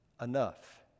enough